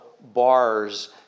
bars